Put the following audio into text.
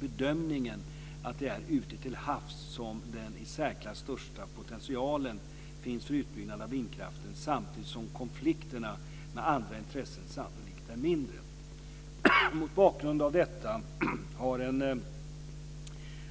bedömningen att det är ute till havs som den i särklass största potentialen finns för utbyggnad av vindkraften samtidigt som konflikterna med andra intressen sannolikt är mindre. Mot bakgrund av detta har en